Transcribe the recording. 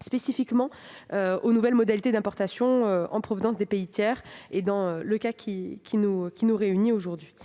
spécifiquement dédié aux nouvelles modalités d'importation en provenance des pays tiers. La date de parution de cet acte